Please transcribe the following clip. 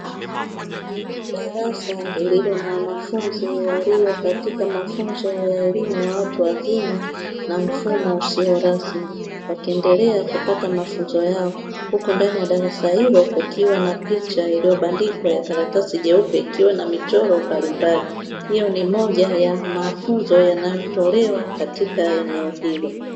Darasa lililo na wanafunzi walio katika mafunzo ya elimu ya watu wazima na mfumo usio rasmi, wakiendelea kupata mafunzo yao huku ndani ya darasa hilo kukiwa na picha iliyobandikwa ya karatasi jeupe ikiwa na michoro mbalimbali. Hiyo ni moja ya mafunzo yanayotolewa katika eneo hilo.